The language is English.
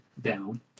down